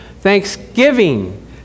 thanksgiving